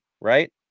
right